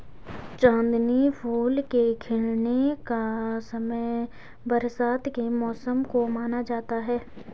चांदनी फूल के खिलने का समय बरसात के मौसम को माना जाता है